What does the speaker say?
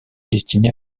destiné